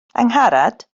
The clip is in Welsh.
angharad